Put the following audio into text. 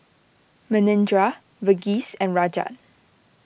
Manindra Verghese and Rajat